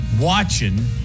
watching